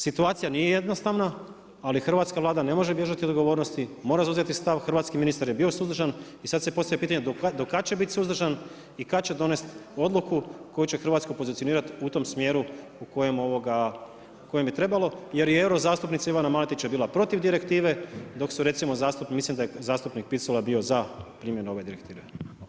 Situacija nije jednostavna, ali hrvatska Vlada ne može bježati od odgovornosti, mora zauzeti stav, hrvatski ministar je bio suzdržan i sad se postavlja pitanje do kad će biti suzdržan i kad će donest odluku koja će Hrvatsku pozicionirati u tom smjeru u kojem bi trebalo jer i euro zastupnici Ivana Miletić je bila protiv direktive, dok je recimo, mislim da je zastupnik Picula bio za primjenu ove direktive.